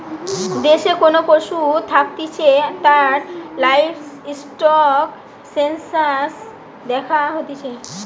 দেশে কোন পশু থাকতিছে তার লাইভস্টক সেনসাস দ্যাখা হতিছে